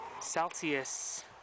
Celsius